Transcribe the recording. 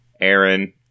Aaron